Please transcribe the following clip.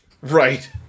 Right